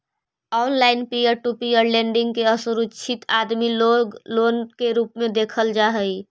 online peer to peer lending के असुरक्षित आदमी लोग लोन के रूप में देखल जा हई